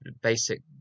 basic